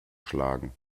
schlagen